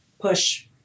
push